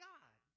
God